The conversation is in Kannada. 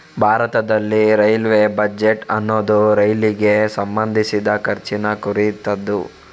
ಭಾರತದಲ್ಲಿ ರೈಲ್ವೇ ಬಜೆಟ್ ಅನ್ನುದು ರೈಲಿಗೆ ಸಂಬಂಧಿಸಿದ ಖರ್ಚಿನ ಕುರಿತದ್ದು